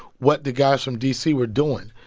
what the guys from d c. were doing.